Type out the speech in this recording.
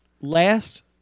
last